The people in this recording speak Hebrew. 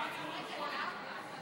אי-אמון בממשלה לא נתקבלה.